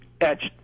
etched